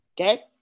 Okay